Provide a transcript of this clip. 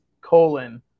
colon